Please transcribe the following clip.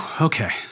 okay